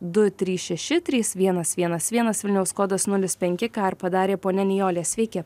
du trys šeši trys vienas vienas vienas vilniaus kodas nulis penki ką ir padarė ponia njolė sveiki